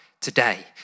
today